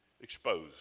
exposed